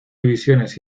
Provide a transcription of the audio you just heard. divisiones